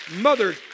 mother